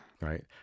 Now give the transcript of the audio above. Right